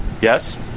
Yes